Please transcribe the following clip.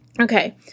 Okay